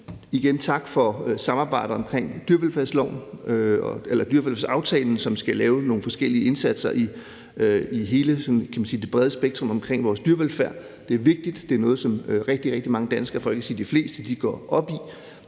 sige tak for samarbejdet omkring dyrevelfærdsaftalen, som skal føre til nogle forskellige indsatser i sådan hele det brede spektrum omkring vores dyrevelfærd. Det er vigtigt, og det er noget, som rigtig, rigtig mange danskere, for ikke at sige de fleste, går op i.